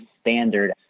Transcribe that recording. standard